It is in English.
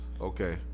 Okay